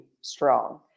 strong